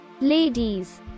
Ladies